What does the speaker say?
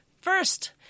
first